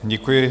Děkuji.